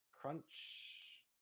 crunch